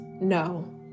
no